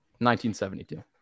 1972